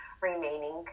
remaining